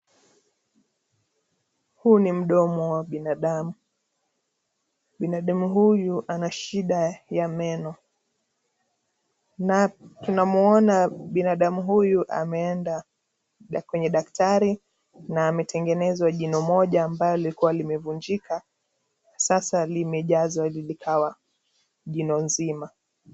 Huu ni mdomo wa binadamu. Binadamu huyu ana shida ya meno. Na tunamuona binadamu huyu ameenda kwenye daktari na ametengenezwa jino moja ambayo lilikuwa limevunjika ,sasa limejazwa likawa jino zima.